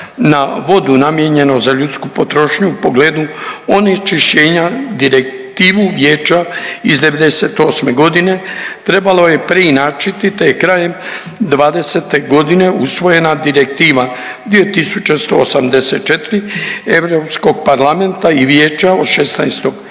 na vodu namijenjenu za ljudsku potrošnju u pogledu onečišćenja Direktivu Vijeća iz '98. godine trebalo je preinačiti te je krajem '20. godine usvojena Direktiva 2184 Europskog parlamenta i vijeća od 16. prosinca